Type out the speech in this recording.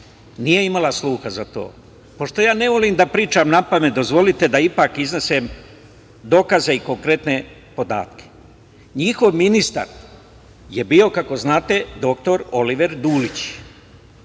nije imala sluha za to. Pošto ja ne volim da pričam napamet, dozvolite da ipak iznesem dokaze i konkretne podatke. Njihov ministar je bio, kako znate, dr Oliver Dulić.